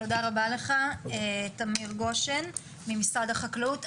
תודה רבה לך, תמיר גושן, ממשרד החקלאות.